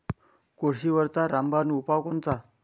कोळशीवरचा रामबान उपाव कोनचा?